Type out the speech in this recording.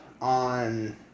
on